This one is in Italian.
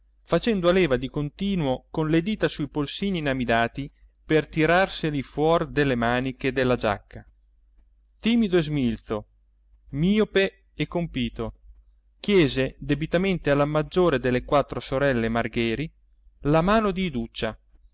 facendo a leva di continuo con le dita sui polsini inamidati per tirarseli fuor delle maniche della giacca timido e smilzo miope e compito chiese debitamente alla maggiore delle quattro sorelle margheri la mano di iduccia